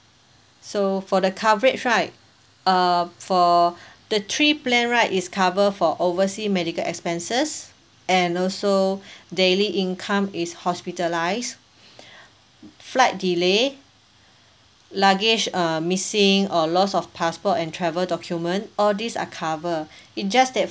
so for the coverage right uh for the three plan right is cover for oversea medical expenses and also daily income is hospitalise flight delay luggage uh missing or loss of passport and travel document all these are cover it just that